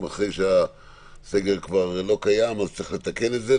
ואחרי שהסגר כבר לא קיים צריך לתקן את זה.